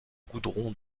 goudron